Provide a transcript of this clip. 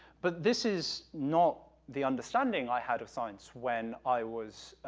but this is not the understanding i had of science when i was,